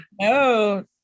no